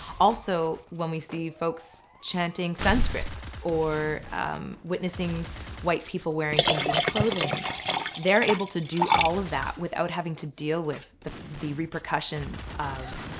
also when we see folks chanting sanskrit or witnessing white people wearing indian clothing they're able to do all of that without having to deal with the the repercussions of